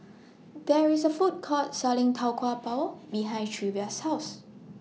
There IS A Food Court Selling Tau Kwa Pau behind Treva's House